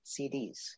CDs